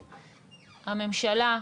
הממשלה,